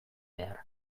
behar